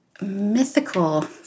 mythical